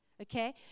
okay